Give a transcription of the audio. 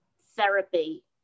therapy